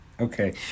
okay